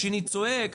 השני צועק,